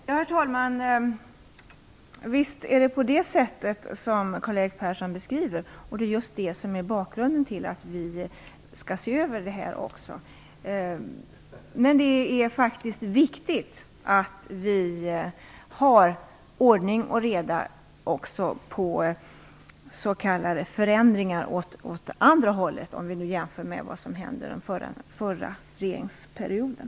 Herr talman! Visst är det så som Karl-Erik Persson säger. Det är just det som är bakgrunden till att vi skall se över det här. Men det är faktiskt viktigt att vi håller efter även s.k. förändringar i den andra riktningen och har ordning och reda - om vi nu jämför med vad som skedde under den förra regeringsperioden.